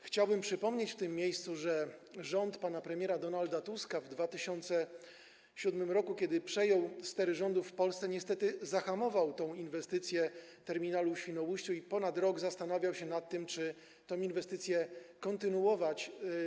Chciałbym przypomnieć w tym miejscu, że rząd pana premiera Donalda Tuska w 2007 r., kiedy ten przejął stery rządów w Polsce, niestety zahamował tę inwestycję, terminal w Świnoujściu, i ponad rok zastanawiał się nad tym, czy ją kontynuować.